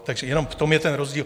Takže jenom v tom je ten rozdíl.